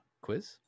quiz